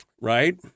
Right